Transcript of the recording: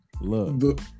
Look